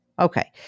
Okay